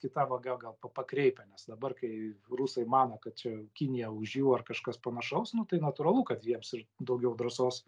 kita vaga gal pakreipę dabar kai rusai mano kad čia kinija už jų ar kažkas panašaus nu tai natūralu kad jiems ir daugiau drąsos